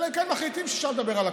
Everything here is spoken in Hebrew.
אלא אם כן מחליטים שאפשר לדבר על הכול.